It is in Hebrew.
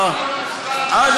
הממשלה מסוגל,